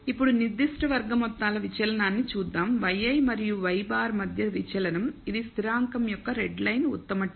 ఇప్పుడు నిర్దిష్ట వర్గ మొత్తాల విచలనాన్ని చూద్దాం yi మరియు y̅ మధ్య విచలనం ఇది స్థిరాంకం యొక్క రెడ్లైన్ ఉత్తమ t